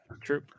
true